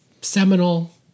seminal